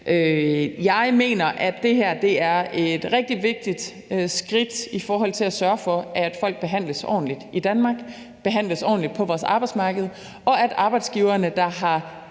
Jeg mener, at det her er et rigtig vigtigt skridt i forhold til at sørge for, at folk behandles ordentligt i Danmark, behandles ordentligt på vores arbejdsmarked, og at arbejdsgivere, der har